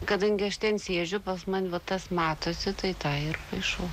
kadangi aš ten sėdžiu pas man va tas matosi tai tą ir paišau